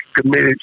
committed